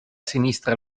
sinistra